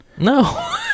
No